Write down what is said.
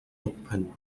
opened